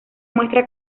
muestra